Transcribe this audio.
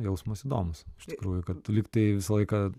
jausmas įdomus iš tikrųjų kad tu lyg tai visą laiką